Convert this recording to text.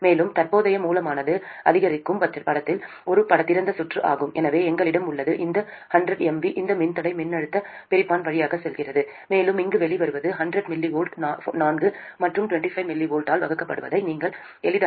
மேலும் தற்போதைய மூலமானது அதிகரிக்கும் படத்தில் ஒரு திறந்த சுற்று ஆகும் எனவே எங்களிடம் உள்ளது இந்த 100 mV இந்த மின்தடை மின்னழுத்த பிரிப்பான் வழியாக செல்கிறது மேலும் இங்கு வெளிவருவது 100 mV 4 அல்லது 25 mV ஆல் வகுக்கப்படுவதை நீங்கள் எளிதாகக் காணலாம்